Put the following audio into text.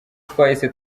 twahise